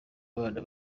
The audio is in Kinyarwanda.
abana